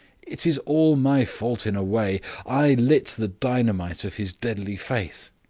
it is all my fault, in a way i lit the dynamite of his deadly faith.